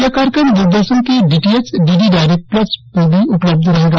यह कार्यक्रम द्ररदर्शन के DTH D D direct plus पर भी उपलब्ध रहेगा